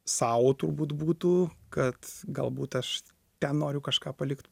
sau turbūt būtų kad galbūt aš ten noriu kažką palikti